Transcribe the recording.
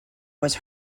was